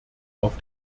auf